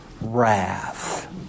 wrath